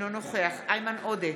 אינו נוכח איימן עודה,